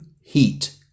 heat